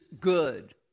good